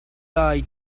lai